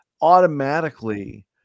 automatically